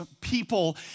people